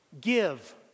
Give